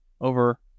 over